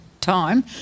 time